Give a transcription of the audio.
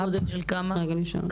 סדר גודל של כמה אנשים?